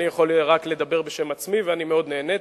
אני יכול לדבר רק בשם עצמי, ואני מאוד נהניתי,